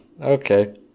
Okay